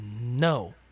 No